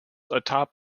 atop